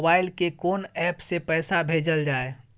Mobile के कोन app से पैसा भेजल जाए?